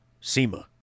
SEMA